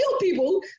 people